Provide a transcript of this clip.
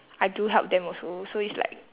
I do help them also so it's like